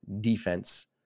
defense